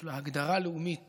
יש לה ההגדרה לאומית